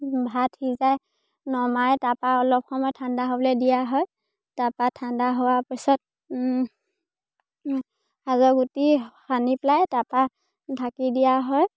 ভাত সিজাই নমাই তাৰপৰা অলপ সময় ঠাণ্ডা হ'বলৈ দিয়া হয় তাৰপৰা ঠাণ্ডা হোৱাৰ পিছত সাজৰ গুটি সানি পেলাই তাৰপৰা ঢাকি দিয়া হয়